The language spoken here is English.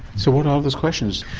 so what are these questions?